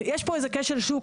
יש פה איזה שהוא כשל שוק,